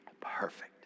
Perfect